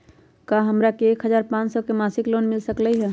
का हमरा के एक हजार पाँच सौ के मासिक लोन मिल सकलई ह?